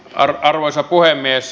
arvoisa puhemies